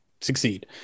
succeed